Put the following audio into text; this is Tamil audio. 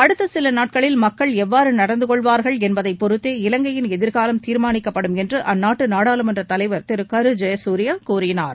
அடுத்த சில நாட்களில் மக்கள் எவ்வாறு நடந்தகொள்வார்கள் என்பதை பொறுத்தே இலங்கையின் எதிர்காலம் தீர்மானிக்கப்படும் என்று அந்நாட்டு நாடாளுமன்ற தலைவர் திரு கரு ஜெயசூரியா கூறினார்